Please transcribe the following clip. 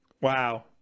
Wow